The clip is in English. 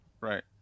Right